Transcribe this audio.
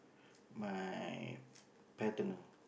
my paternal